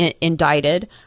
indicted